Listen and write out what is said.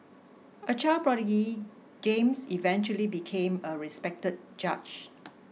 a child prodigy James eventually became a respected judge